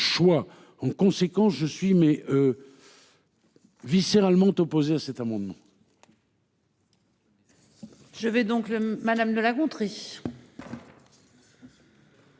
En conséquence je suis mais. Viscéralement opposé à cet amendement.